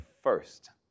first